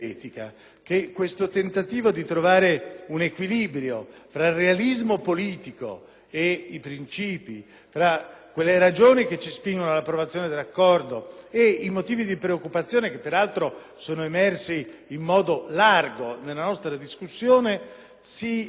Questo tentativo di trovare un equilibrio tra il realismo politico e i princìpi, tra quelle ragioni che ci spingono all'approvazione dell'Accordo e i motivi di preoccupazione, che peraltro sono emersi in modo ampio nella nostra discussione, si svolge